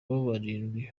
barindwi